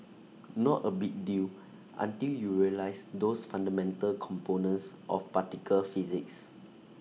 not A big deal until you realise those fundamental components of particle physics